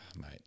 mate